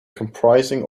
comprising